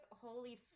holy